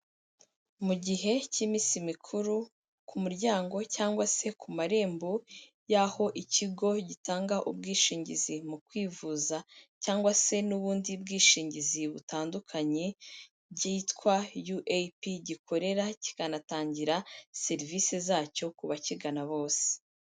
Mu gihe cy'iminsi mikuru, ku muryango cyangwa se ku marembo, y'aho ikigo gitanga ubwishingizi mu kwivuza, cyangwa se n'ubundi bwishingizi butandukanye byitwa UAP, gikorera, kikanatangira serivisi zacyo, ku ba kigana bose.